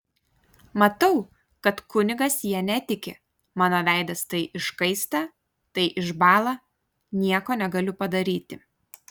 matau kad kunigas ja netiki mano veidas tai iškaista tai išbąla nieko negaliu padaryti